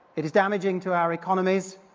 it is damaging to our economies,